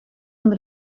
een